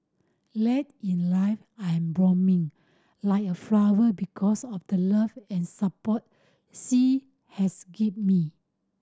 late in life I'm blooming like a flower because of the love and support she has give me